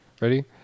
Ready